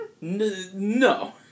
no